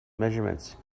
measurements